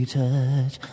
touch